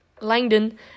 Langdon